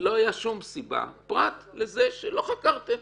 לא הייתה שום סיבה פרט לזה שלא חקרתם,